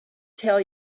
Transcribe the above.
tell